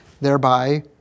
thereby